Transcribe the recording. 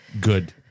Good